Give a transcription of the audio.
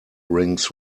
rings